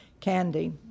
candy